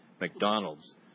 McDonald's